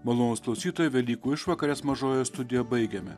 malonūs klausytojai velykų išvakares mažojoje studijoje baigėme